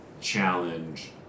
challenge